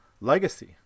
legacy